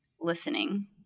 listening